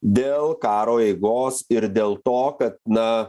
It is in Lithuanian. dėl karo eigos ir dėl to kad na